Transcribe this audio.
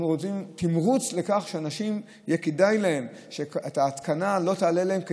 אנחנו רוצים תמריץ לכך שלאנשים יהיה כדאי ושההתקנה לא תעלה להם,